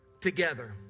together